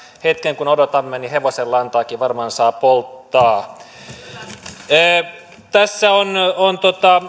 hetken kun odotamme niin hevosenlantaakin varmaan saa polttaa tässä on on